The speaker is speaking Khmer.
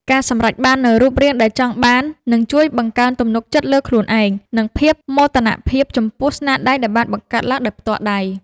ការសម្រេចបាននូវរូបរាងដែលចង់បាន នឹងជួយបង្កើនទំនុកចិត្តលើខ្លួនឯង និងភាពមោទនភាពចំពោះស្នាដៃដែលបានបង្កើតឡើងដោយផ្ទាល់ដៃ។